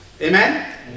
Amen